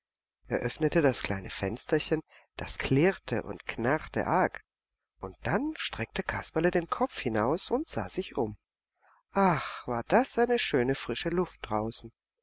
öffnete das kleine fensterchen das klirrte und knarrte arg und dann streckte kasperle den kopf hinaus und sah sich um ach war das eine schöne frische luft draußen